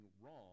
wrong